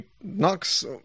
knocks